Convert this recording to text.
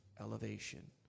elevation